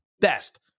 best